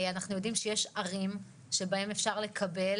אנחנו יודעים שיש ערים שבהן אפשר לקבל